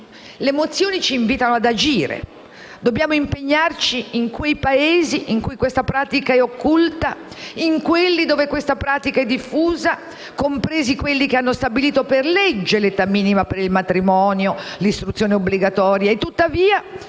Le mozioni ci invitano ad agire. Dobbiamo impegnarci in quei Paesi in cui questa pratica è occulta, in quelli dove è diffusa, compresi quelli che hanno stabilito per legge l'età minima per il matrimonio, l'istruzione obbligatoria